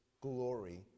glory